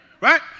right